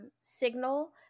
signal